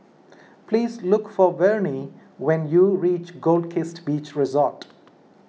please look for Vernie when you reach Goldkist Beach Resort